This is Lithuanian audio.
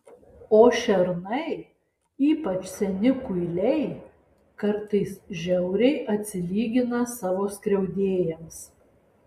o šernai ypač seni kuiliai kartais žiauriai atsilygina savo skriaudėjams